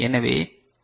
எனவே கே